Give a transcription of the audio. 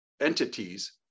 entities